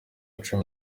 cumi